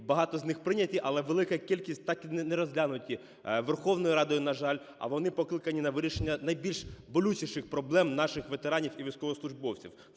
Багато з них прийняті. Але велика кількість так і не розглянуті Верховною Радою, на жаль, а вони покликані на вирішення найбільш болючіших проблем наших ветеранів і військовослужбовців.